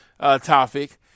topic